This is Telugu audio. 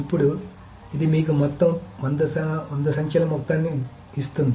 ఇప్పుడు ఇది మీకు మొత్తం 100 సంఖ్యల మొత్తాన్ని ఇస్తుంది